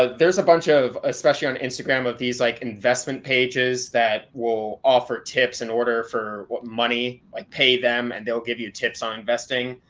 ah there's a bunch of, especially on instagram, of these like investment pages that will offer tips in order for what money, like pay them, and they'll give you tips on investing.